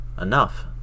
enough